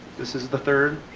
this is the third.